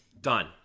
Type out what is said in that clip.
done